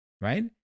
Right